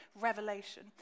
revelation